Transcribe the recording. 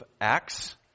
Acts